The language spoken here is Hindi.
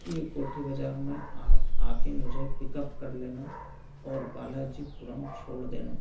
ये कोठी बाजार में आप आकर मुझे पिकअप कर लेना और बालाजीपुरम छोड़ देना